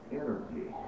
energy